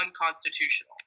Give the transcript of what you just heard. unconstitutional